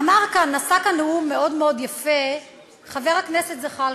נשא כאן נאום מאוד מאוד יפה חבר הכנסת זחאלקה,